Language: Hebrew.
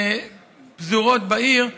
והן פזורות בעיר,